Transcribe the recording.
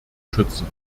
schützen